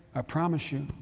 i promise you,